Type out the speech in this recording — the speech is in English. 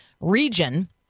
region